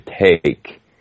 take